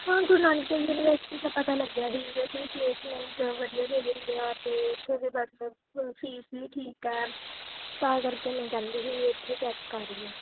ਹਾਂ ਗੁਰੂ ਨਾਨਕ ਦੇਵ ਯੂਨੀਵਰਸਿਟੀ ਦਾ ਪਤਾ ਲੱਗਿਆ ਸੀ ਵੀ ਉੱਥੇ ਪਲੇਸਮੈਂਟ ਵਧੀਆ ਦੇ ਦਿੰਦੇ ਆ ਅਤੇ ਇੱਥੇ ਦੇ ਮਤਲਬ ਫੀਸ ਵੀ ਠੀਕ ਹੈ ਤਾਂ ਕਰਕੇ ਮੈਂ ਕਹਿੰਦੀ ਸੀ ਵੀ ਉੱਥੇ ਚੈੱਕ ਕਰ ਲਈਏ